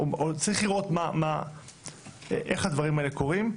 צריך לראות איך הדברים האלה קורים,